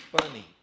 funny